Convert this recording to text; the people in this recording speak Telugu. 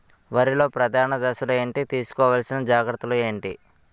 వరిలో ప్రధాన దశలు ఏంటి? తీసుకోవాల్సిన జాగ్రత్తలు ఏంటి?